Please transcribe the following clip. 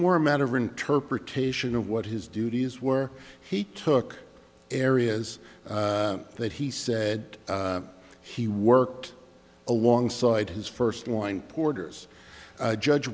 more a matter of interpretation of what his duties were he took areas that he said he worked alongside his first line porter's judge